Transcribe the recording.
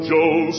Joe